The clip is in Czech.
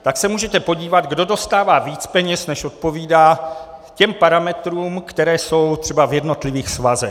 Tak se můžete podívat, kdo dostává víc peněz, než odpovídá těm parametrům, které jsou třeba v jednotlivých svazech.